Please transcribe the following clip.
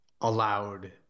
allowed